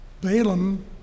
Balaam